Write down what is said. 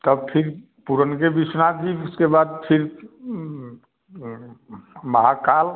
तब फिर पुरनके विश्वनाथ जी उसके बाद फिर महाकाल